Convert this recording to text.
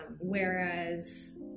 Whereas